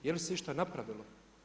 Je li se išta napravilo?